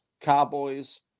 Cowboys